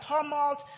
tumult